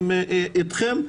איתכם,